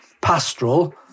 pastoral